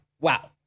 Wow